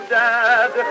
dad